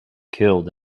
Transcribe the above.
killed